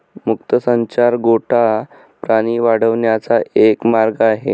मुक्त संचार गोठा प्राणी वाढवण्याचा एक मार्ग आहे